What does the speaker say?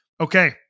Okay